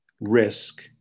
risk